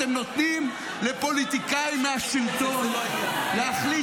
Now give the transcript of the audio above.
אתם נותנים לפוליטיקאי מהשלטון להחליט